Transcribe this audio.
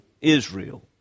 Israel